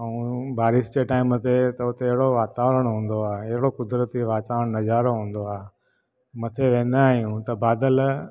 ऐं बारिश जे टाइम ते हुते अहिड़ो वातावरण हूंदो आहे अहिड़ो कुदरती वातावरण नज़ारो हूंदो आहे मथे वेंदा आहियूं त बादल